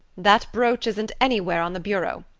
that brooch isn't anywhere on the bureau.